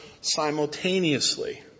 simultaneously